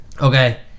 okay